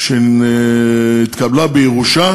שהתקבלה בירושה,